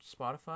Spotify